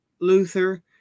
Luther